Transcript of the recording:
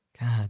God